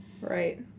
Right